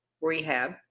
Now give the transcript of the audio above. rehab